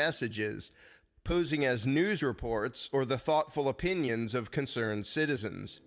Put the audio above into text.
messages posing as news reports or the thoughtful opinions of concerned citizens